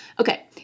Okay